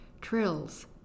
Trills